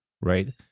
right